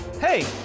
Hey